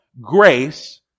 grace